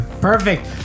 Perfect